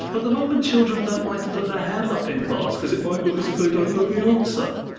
the moment, children don't like to put their hand up in class because it might look as if they don't know the ah answer.